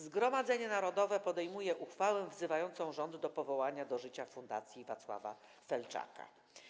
Zgromadzenie Narodowe podejmuje uchwałę wzywającą rząd do powołania do życia Fundacji im. Wacława Felczaka.